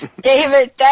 David